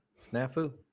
snafu